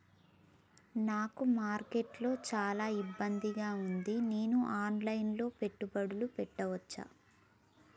నాకు మార్కెట్స్ లో చాలా ఇబ్బందిగా ఉంది, నేను ఆన్ లైన్ లో పెట్టుబడులు పెట్టవచ్చా?